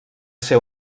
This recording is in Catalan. ser